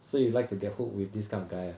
so you like to get hooked with this kind of guy ah